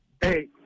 Hey